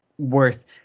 Worth